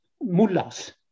mullahs